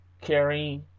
Carrie